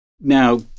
Now